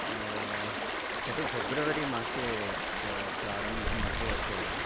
तत् फेब्रवरी मासे प्रारम्भम् अभवत्